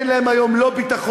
אין להם היום לא ביטחון,